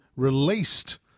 released